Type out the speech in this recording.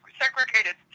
segregated